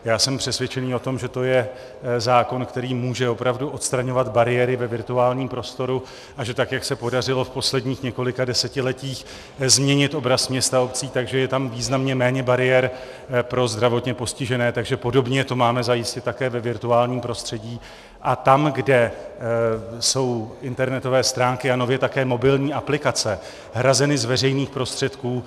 Já jsem přesvědčený o tom, že to je zákon, který může opravdu odstraňovat bariéry ve virtuálním prostoru, a že tak jak se podařilo v posledních několika desetiletích změnit obraz měst a obcí tak, že je tam významně méně bariér pro zdravotně postižené, že podobně to máme zajistit také ve virtuálním prostředí a tam, kde jsou internetové stránky a nově také mobilní aplikace hrazeny z veřejných prostředků.